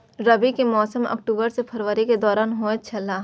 रबी के मौसम अक्टूबर से फरवरी के दौरान होतय छला